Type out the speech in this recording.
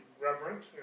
reverent